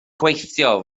gweithio